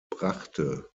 brachte